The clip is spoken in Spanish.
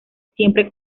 siempre